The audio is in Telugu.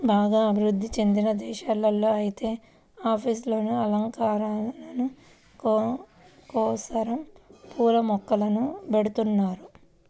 బాగా అభివృధ్ధి చెందిన దేశాల్లో ఐతే ఆఫీసుల్లోనే అలంకరణల కోసరం పూల మొక్కల్ని బెడతన్నారు